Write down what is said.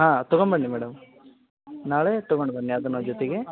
ಹಾಂ ತಗೊಂಡ್ಬನ್ನಿ ಮೇಡಮ್ ನಾಳೆ ತಗೊಂಡು ಬನ್ನಿ ಅದನ್ನು ಜೊತೆಗೆ